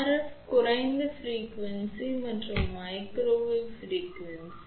F குறைந்த அதிர்வெண் மற்றும் மைக்ரோவேவ் அதிர்வெண் கூட